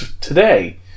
today